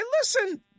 listen